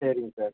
சரிங்க சார்